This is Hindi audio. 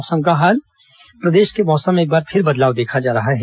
मौसम प्रदेश के मौसम में एक बार फिर बदलाव देखा जा रहा है